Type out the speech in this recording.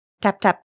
tap-tap